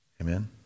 Amen